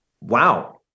wow